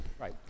Right